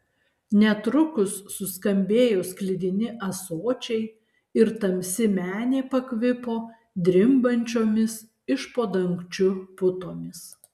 netrukus suskambėjo sklidini ąsočiai ir tamsi menė pakvipo drimbančiomis iš po dangčiu putomis